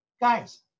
Guys